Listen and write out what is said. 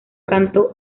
canto